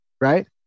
right